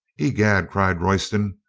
i'gad, cried royston.